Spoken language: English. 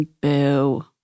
Boo